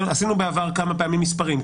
עשינו בעבר כמה פעמים מספרים,